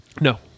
No